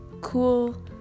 cool